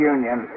Union